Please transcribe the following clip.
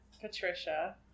Patricia